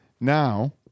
Now